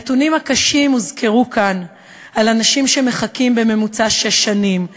הנתונים הקשים הוזכרו כאן: על אנשים שמחכים בממוצע שש שנים,